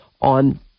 on